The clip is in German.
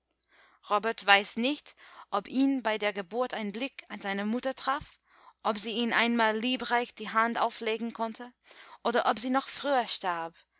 robert weiß nicht ob ihn bei der geburt ein blick seiner mutter traf ob sie ihm einmal liebreich die hand auflegen konnte oder ob sie noch früher starb